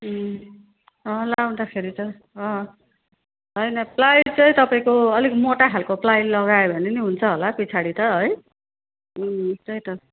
ए अँ लाउँदाखेरि त अँ होइन प्लाई चाहिँ तपाईँको अलिक मोटा खालको प्लाई लगायो भने नि हुन्छ होला पछाडि त है ए त्यही त